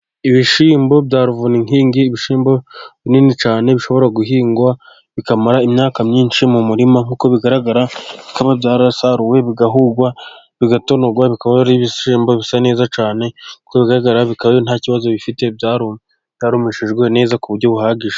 Ibishyimbo bya Ruvuninkingi, ibishimbo binini cyane bishobora guhingwa bikamara imyaka myinshi mu murima, nk'uko bigaragara bikaba byarasaruwe bigahurwa bigatonorwa, bikaba ari ibishyimbo bisa neza cyane. Nkuko bigaragaraba bikaba nta kibazo bifite byarumishijwe neza ku buryo buhagije.